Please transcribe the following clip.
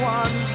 one